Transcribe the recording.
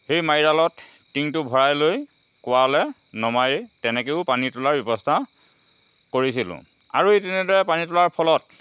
সেই মাৰিডালত টিংটো ভৰাই লৈ কুঁৱালৈ নমাই তেনেকৈও পানী তোলাৰ ব্যৱস্থা কৰিছিলোঁ আৰু এই তেনেদৰে পানী তোলাৰ ফলত